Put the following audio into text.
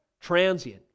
transient